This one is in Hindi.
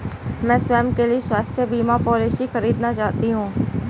मैं स्वयं के लिए स्वास्थ्य बीमा पॉलिसी खरीदना चाहती हूं